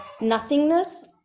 nothingness